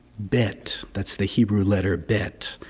bet, that's the hebrew letter bet.